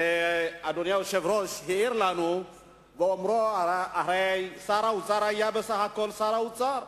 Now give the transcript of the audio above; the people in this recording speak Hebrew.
אדוני היושב-ראש העיר לנו באומרו: הרי שר האוצר היה בסך הכול שר האוצר.